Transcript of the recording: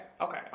okay